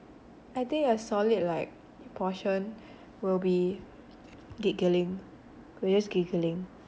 I think a solid like portion will be giggling we're just giggling